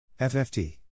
FFT